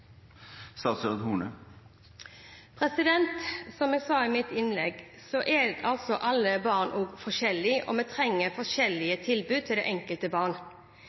Som jeg sa i mitt innlegg, er alle barn forskjellige, og vi trenger forskjellige tilbud til det enkelte barn.